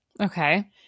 Okay